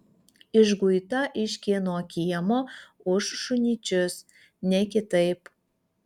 išguita iš kieno kiemo už šunyčius ne kitaip